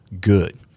good